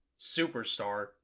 Superstar